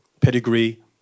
pedigree